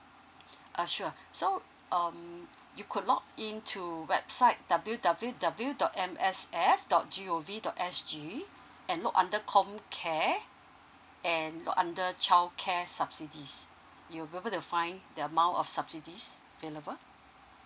uh sure so um you could log in to website W W W dot M S F dot G O V dot S G and look under COMCARE and look under childcare subsidies you will be able to find the amount of subsidies available